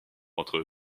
entre